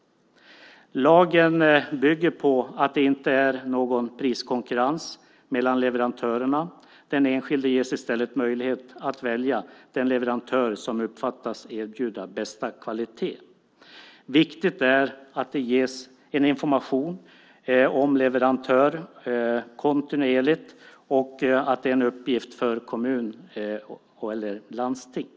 Lagen bygger på att det inte är någon priskonkurrens mellan leverantörerna. Den enskilde ges i stället möjlighet att välja den leverantör som uppfattas erbjuda den bästa kvaliteten. Det är viktigt att det ges en information om leverantörerna kontinuerligt. Det är en uppgift för kommun eller landsting.